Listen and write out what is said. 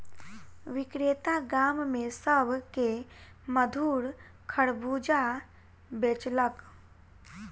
विक्रेता गाम में सभ के मधुर खरबूजा बेचलक